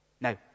Now